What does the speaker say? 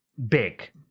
big